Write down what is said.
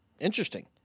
Interesting